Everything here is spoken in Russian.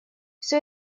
все